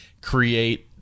create